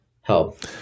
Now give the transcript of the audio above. help